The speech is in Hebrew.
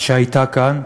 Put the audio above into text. שהייתה כאן,